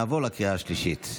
נעבור לקריאה השלישית.